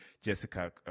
Jessica